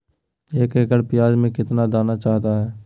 एक एकड़ प्याज में कितना दाना चाहता है?